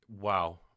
wow